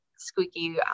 Squeaky